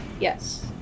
Yes